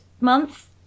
month